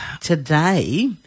today